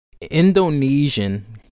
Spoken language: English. indonesian